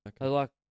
Okay